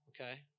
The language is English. Okay